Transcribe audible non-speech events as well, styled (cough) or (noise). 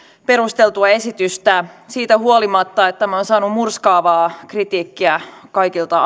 perusteltua esitystä siitä huolimatta että tämä on saanut murskaavaa kritiikkiä kaikilta (unintelligible)